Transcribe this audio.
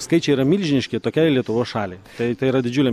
skaičiai yra milžiniški tokiai lietuvos šaliai tai tai yra didžiulė